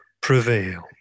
prevail